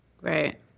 Right